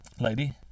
lady